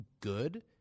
good